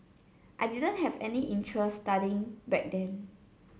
I didn't have any interest studying back then